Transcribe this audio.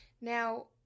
Now